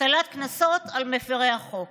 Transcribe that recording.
הטלת קנסות על מפירי החוק.